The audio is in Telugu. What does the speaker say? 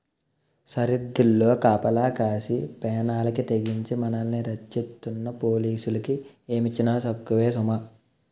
సరద్దుల్లో కాపలా కాసి పేనాలకి తెగించి మనల్ని రచ్చిస్తున్న పోలీసులకి ఏమిచ్చినా తక్కువే సుమా